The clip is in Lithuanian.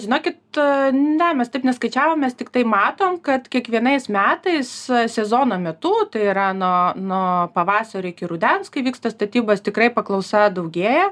žinokit ne mes taip neskaičiavom mes tiktai matom kad kiekvienais metais sezono metu yra nuo nuo pavasario iki rudens kai vyksta statybos tikrai paklausa daugėja